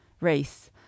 race